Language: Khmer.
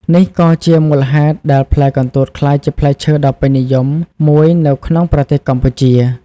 នេះក៏ជាមូលហេតុដែលផ្លែកន្ទួតក្លាយជាផ្លែឈើដ៏ពេញនិយមមួយនៅក្នុងប្រទេសកម្ពុជា។